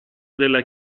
della